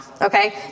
okay